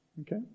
okay